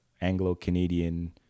anglo-canadian